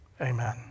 Amen